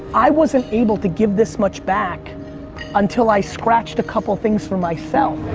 i wasn't able to give this much back until i scratched a couple things for myself.